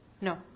No